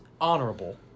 honorable